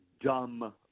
dumb